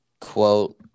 quote